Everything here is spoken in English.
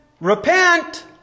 repent